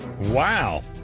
Wow